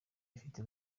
ifite